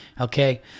okay